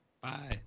Bye